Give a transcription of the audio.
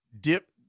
dip